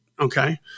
okay